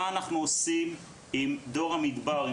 מה אנחנו עושים עם דור המדבר,